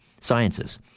sciences